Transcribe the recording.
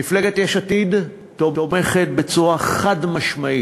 מפלגת יש עתיד תומכת בצורה חד-משמעית,